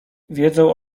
wiedzą